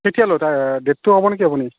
আপুনি